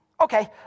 Okay